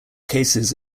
cases